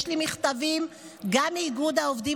יש לי מכתבים גם מאיגוד העובדים